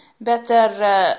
better